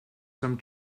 some